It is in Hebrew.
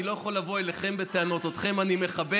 אני לא יכול לבוא אליכם בטענות, אתכם אני מכבד.